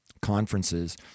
conferences